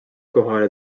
kohale